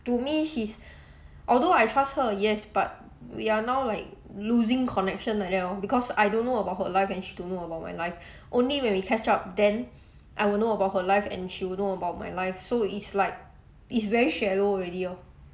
to me she's although I trust her yes but we are now like losing connection like that lor because I don't know about her life and she don't know about my life only when we catch up then I will know about her life and she will know about my life so it's like it's very shallow already orh